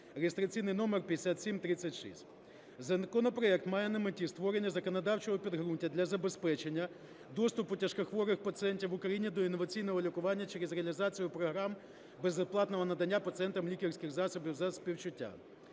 (реєстраційний номер 5736). Законопроект має на меті створення законодавчого підґрунтя для забезпечення доступу тяжкохворих пацієнтів в Україні до інноваційного лікування через реалізацію програм безоплатного надання пацієнтам лікарських засобів зі співчуття.